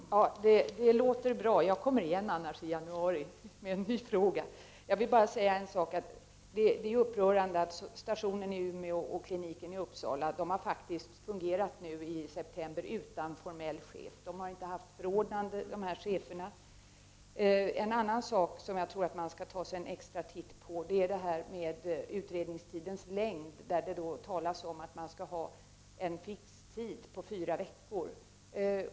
Herr talman! Det låter bra. Jag kan komma igen i januari med en ny fråga om det inte blir som statsrådet säger. Jag vill bara säga att det är upprörande att stationen i Umeå och kliniken i Uppsala under september månad faktiskt har fungerat utan formellt utsedda chefer. Cheferna har inte haft förordnanden. En annan sak som jag tror att man skall studera särskilt är frågan om utredningstidens längd. Det talas om en fixtid om fyra veckor.